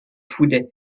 fouday